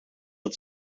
het